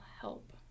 help